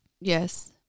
Yes